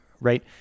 right